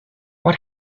what